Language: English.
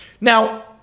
Now